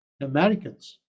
Americans